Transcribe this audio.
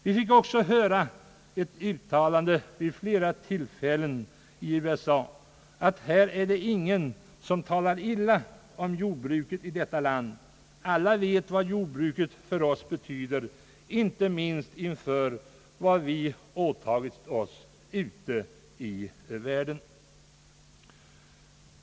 Vi fick också höra vid flera tillfällen att i USA talar ingen illa om jordbruket. Alla vet vad jordbruket betyder för oss, sade man, inte minst för vad vi åtagit oss ute i världen.